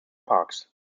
parks